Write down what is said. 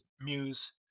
muse